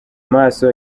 maso